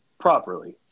properly